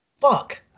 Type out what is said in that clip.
Fuck